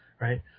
right